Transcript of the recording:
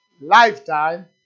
lifetime